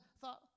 thought